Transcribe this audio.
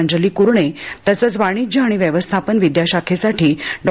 अंजली कुरणे तसंच वाणिज्य आणि व्यवस्थापन विद्याशाखेसाठी डॉ